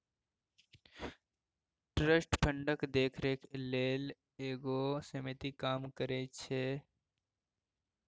trust फंडक देखरेख लेल एगो समिति काम करइ छै